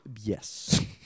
Yes